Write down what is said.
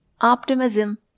optimism